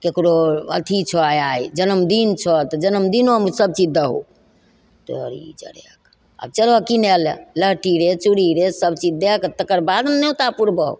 ककरो अथी छऽ आइ जनमदिन छऽ तऽ जनमदिनोमे सबचीज दहो तऽ ई चरिआके आब चलऽ किनै ले लहठी रे चूड़ी रे सबचीज दैके तकर बाद ने नेओता पुरबऽ